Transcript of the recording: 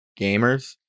gamers